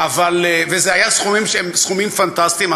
ואלה היו סכומים פנטסטיים.